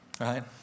right